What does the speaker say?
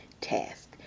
task